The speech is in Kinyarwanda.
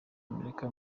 amerika